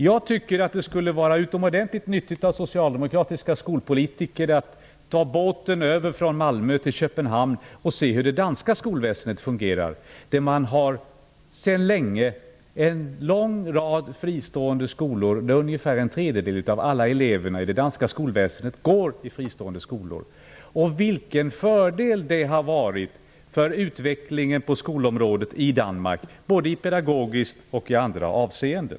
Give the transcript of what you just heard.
Jag tycker att det skulle vara utomordentligt nyttigt för socialdemokratiska politiker att ta båten från Malmö till Köpenhamn och se hur det danska skolväsendet fungerar. Där har det sedan länge funnits en lång rad fristående skolor. Ungefär en tredjedel av alla eleverna i det danska skolväsendet går i fristående skolor. Se vilken fördel det har varit för utvecklingen på skolområdet i Danmark -- både pedagogiskt och i andra avseenden.